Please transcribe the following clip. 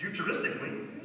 futuristically